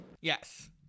yes